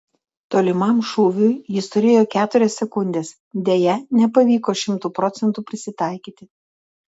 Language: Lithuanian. tolimam šūviui jis turėjo keturias sekundes deja nepavyko šimtu procentų prisitaikyti